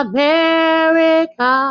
America